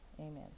amen